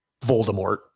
Voldemort